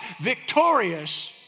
victorious